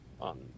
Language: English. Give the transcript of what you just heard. on